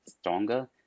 stronger